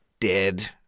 Dead